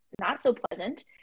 not-so-pleasant